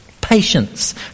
patience